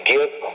Give